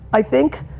i think,